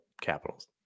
Capitals